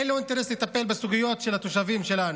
אין לו אינטרס לטפל בסוגיות של התושבים שלנו,